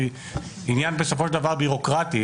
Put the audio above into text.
שהיא עניין בסופו של דבר ביורוקרטי,